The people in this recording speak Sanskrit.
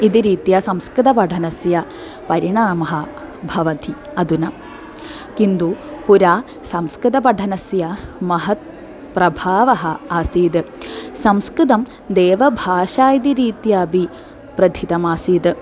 इति रीत्या संस्कृतपठनस्य परिणामः भवति अधुना किन्तु पुरा संस्कृतपठनस्य महत्प्रभावः आसीत् संस्कृतं देवभाषा इति रीत्या अति प्रतितम् आसीत्